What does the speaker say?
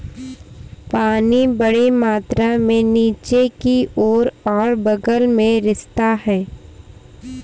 पानी बड़ी मात्रा में नीचे की ओर और बग़ल में रिसता है